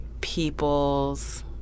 people's